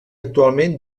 actualment